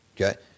okay